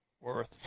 Worth